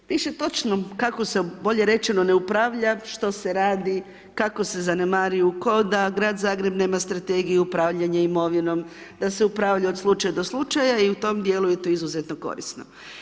Piše točno kako se, bolje rečeno ne upravlja, što se radi, kako se zanemaruju, k'o da Grad Zagreb nema strategiju upravljanja imovinom, da se upravlja od slučaja do slučaja, i u tom dijelu je to izuzetno korisno.